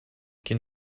qui